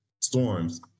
Storms